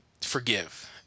forgive